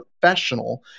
professional